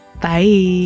bye